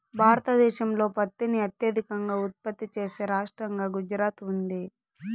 భారతదేశంలో పత్తిని అత్యధికంగా ఉత్పత్తి చేసే రాష్టంగా గుజరాత్ ఉంది